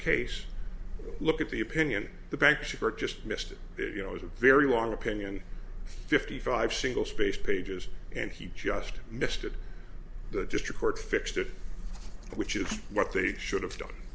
case look at the opinion the banks are just missed that you know is a very long opinion fifty five single spaced pages and he just missed it the district court fixed it which is what they should have done